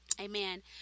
Amen